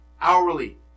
hourly